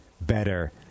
better